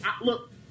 Look